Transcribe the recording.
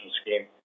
scheme